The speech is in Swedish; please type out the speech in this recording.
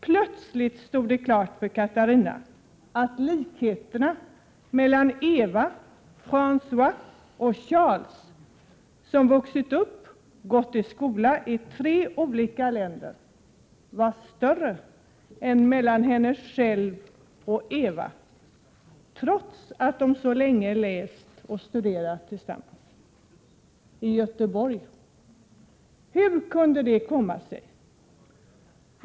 Plötsligt stod det klart för Katarina att likheterna mellan Eva, Frangois och Charles, som vuxit upp och gått i skola i tre olika länder, var större än mellan Katarina och Eva, trots att de så länge läst och studerat tillsammas i Göteborg. Hur kunde det komma sig?